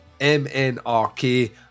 MNRK